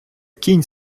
кінь